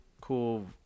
cool